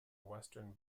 western